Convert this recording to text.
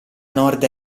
nord